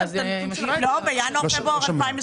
בינואר-פברואר 2020